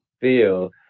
feel